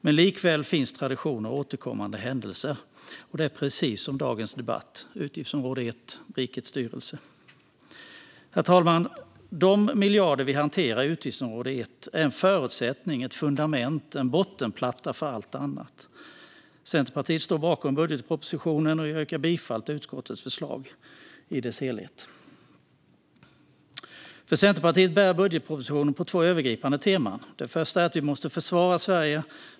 Men likväl finns traditioner och återkommande händelser. Det gäller även dagens debatt om utgiftsområde 1 Rikets styrelse. Herr talman! De miljarder som vi hanterar i utgiftsområde 1 är en förutsättning, ett fundament och en bottenplatta, för allt annat. Centerpartiet står bakom budgetpropositionen, och jag yrkar bifall till utskottets förslag i dess helhet. För Centerpartiet bär budgetpropositionen på två övergripande teman. Det första är att vi måste försvara Sverige.